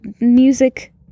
music